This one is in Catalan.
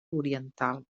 oriental